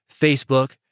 Facebook